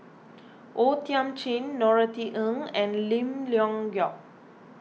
O Thiam Chin Norothy Ng and Lim Leong Geok